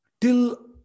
till